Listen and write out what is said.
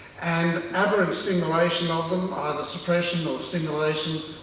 and aberrant stimulation of them, either suppression or stimulation,